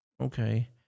Okay